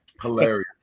hilarious